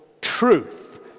truth